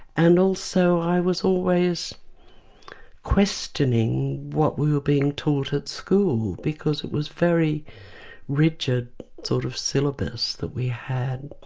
and also i was always questioning what we were being taught at school because it was a very rigid sort of syllabus that we had.